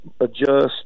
adjust